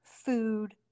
food